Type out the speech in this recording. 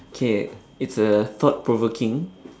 okay it's a thought provoking